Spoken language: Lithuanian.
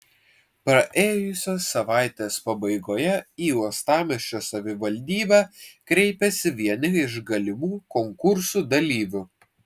praėjusios savaitės pabaigoje į uostamiesčio savivaldybę kreipėsi vieni iš galimų konkursų dalyvių